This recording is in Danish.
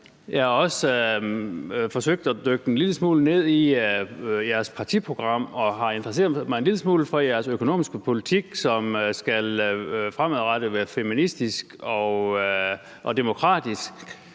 jeg har også forsøgt at dykke lidt ned i jeres partiprogram og har interesseret mig en lille smule for jeres økonomiske politik, som fremadrettet skal være feministisk og demokratisk.